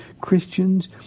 Christians